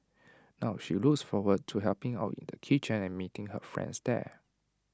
now she looks forward to helping out in the kitchen and meeting her friends there